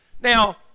Now